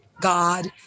God